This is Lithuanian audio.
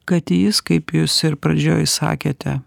kad jis kaip jūs ir pradžioj sakėte